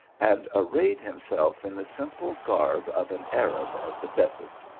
and arrayed himself in the simple garb of an arab of the desert.